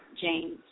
James